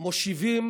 מושיבים